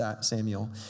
Samuel